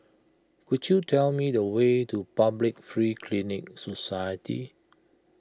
could you tell me the way to Public Free Clinic Society